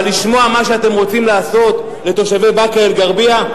אבל לשמוע מה שאתם רוצים לעשות לתושבי באקה-אל-ע'רביה?